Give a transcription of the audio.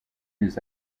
his